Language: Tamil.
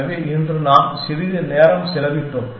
எனவே இன்று நாம் சிறிது நேரம் செலவிட்டோம்